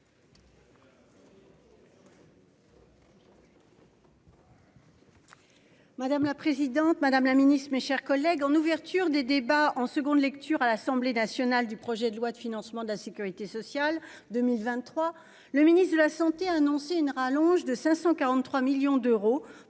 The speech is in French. Madame la présidente, Madame la Ministre, mes chers collègues, en ouverture des débats en seconde lecture à l'Assemblée nationale du projet de loi de financement de la Sécurité sociale 2023, le ministre de la Santé a annoncé une rallonge de 543 millions d'euros